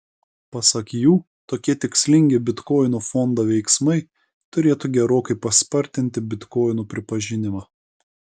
pasak jų tokie tikslingi bitkoinų fondo veiksmai turėtų gerokai paspartinti bitkoinų pripažinimą